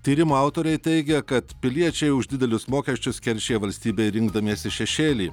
tyrimo autoriai teigia kad piliečiai už didelius mokesčius keršija valstybei rinkdamiesi šešėlį